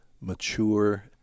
mature